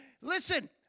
listen